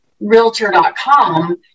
realtor.com